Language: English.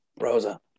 Rosa